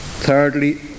Thirdly